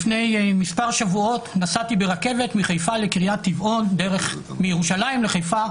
לפני מספר שבועות נסעתי ברכבת מירושלים לחיפה,